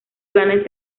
planes